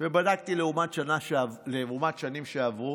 ובדקתי לעומת שנים שעברו.